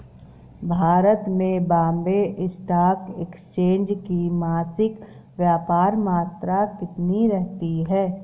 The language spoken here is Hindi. भारत में बॉम्बे स्टॉक एक्सचेंज की मासिक व्यापार मात्रा कितनी रहती है?